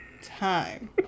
time